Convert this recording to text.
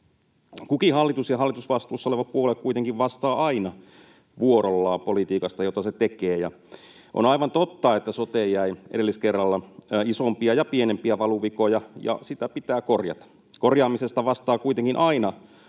Kukin hallitus ja hallitusvastuussa oleva puolue kuitenkin vastaa aina vuorollaan politiikasta, jota se tekee. On aivan totta, että soteen jäi edelliskerralla isompia ja pienempiä valuvikoja, ja sitä pitää korjata. Korjaamisesta vastaa kuitenkin aina